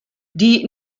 die